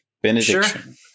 benediction